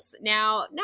Now